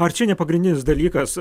ar čia ne pagrindinis dalykas